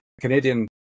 Canadian